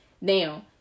Now